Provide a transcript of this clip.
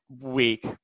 week